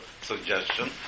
suggestion